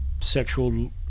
sexual